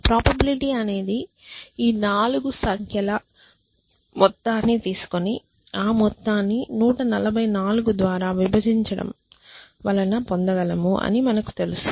probability అనేది ఈ 4 సంఖ్యల మొత్తాన్ని తీసుకొని ఆ మొత్తాన్ని 144 ద్వారా విభజించడం ద్వారా పొందగలము అని మనకు తెలుసు